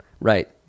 Right